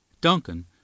DUNCAN